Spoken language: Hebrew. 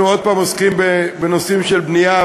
אנחנו עוד הפעם עוסקים בנושאים של בנייה,